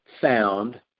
found